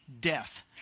death